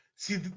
See